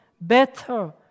better